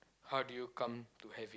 how do you come to have it